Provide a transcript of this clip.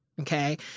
okay